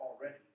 already